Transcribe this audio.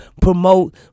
promote